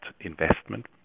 investment